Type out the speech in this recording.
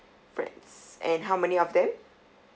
friends and how many of them